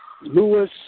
Lewis